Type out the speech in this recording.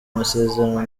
amasezerano